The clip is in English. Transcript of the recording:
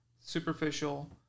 superficial